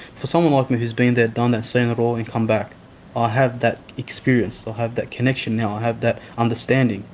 for someone like me who's been there, done that, seen it all and come back, i have that experience, i so have that connection, now i have that understanding,